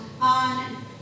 on